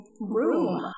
room